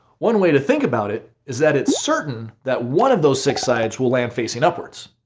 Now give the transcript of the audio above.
one way to think about it is that it's certain that one of those six sides will land facing upwards,